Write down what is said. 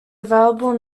available